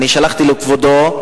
שלחתי לכבודו,